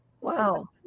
Wow